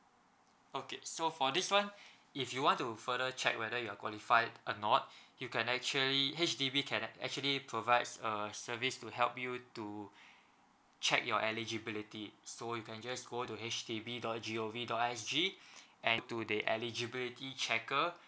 okay so for this one if you want to further check whether you're qualified or not you can actually H_D_B can actually provides uh service to help you to check your eligibility so you can just go to H D B dot G O V dot S G and to the eligibility checker